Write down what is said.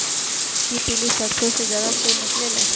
कि पीली सरसों से ज्यादा तेल निकले ला?